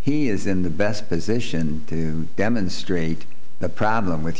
he is in the best position to demonstrate the problem with